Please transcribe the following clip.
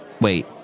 Wait